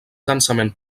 densament